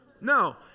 No